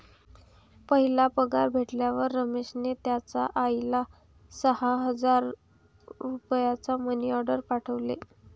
पहिला पगार भेटल्यावर रमेशने त्याचा आईला सहा हजार रुपयांचा मनी ओर्डेर पाठवले